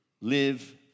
live